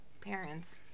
parents